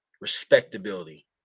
respectability